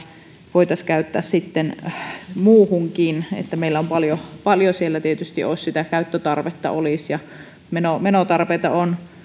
voitaisiin käyttää muuhunkin meillä paljon paljon siellä tietysti olisi käyttötarvetta ja menotarpeita on